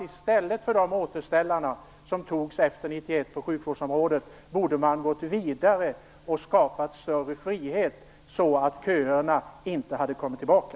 I stället för de återställare som antogs efter 1994 på sjukvårdsområdet borde man ha gått vidare och skapat större frihet så att köerna inte hade kommit tillbaka.